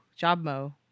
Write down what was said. jobmo